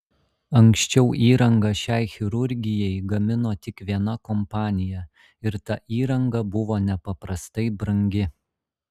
anksčiau įrangą šiai chirurgijai gamino tik viena kompanija ir ta įranga buvo nepaprastai brangi